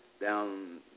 down